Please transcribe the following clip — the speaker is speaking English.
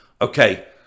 Okay